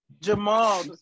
Jamal